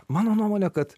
mano nuomone kad